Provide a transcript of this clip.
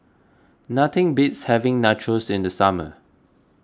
nothing beats having Nachos in the summer